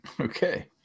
Okay